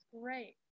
great